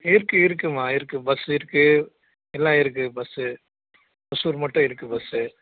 இருக்குது இருக்குதும்மா இருக்குது பஸ் இருக்குது எல்லாம் இருக்குது பஸ்ஸு ஹொசூர் மட்டும் இருக்குது பஸ்ஸு